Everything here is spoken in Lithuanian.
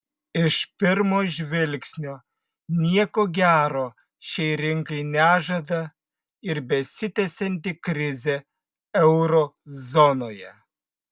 iš pirmo žvilgsnio nieko gero šiai rinkai nežada ir besitęsianti krizė euro zonoje